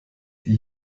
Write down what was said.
die